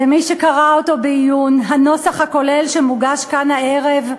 למי שקרא אותו בעיון, שמוגש כאן הערב,